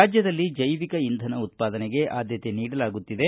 ರಾಜ್ಯದಲ್ಲಿ ಜೈವಿಕ ಇಂಧನ ಉತ್ಪಾದನೆಗೆ ಆದ್ದತೆ ನೀಡಲಾಗುತ್ತಿದೆ